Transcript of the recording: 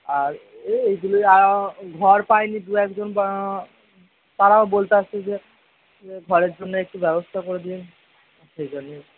আর এইগুলি ঘর পায়নি দু একজন বা তারাও বলতে আসছে যে ঘরের জন্য একটু ব্যবস্থা করে দিন সেজন্যেই